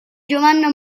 giovanna